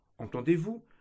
Entendez-vous